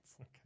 Okay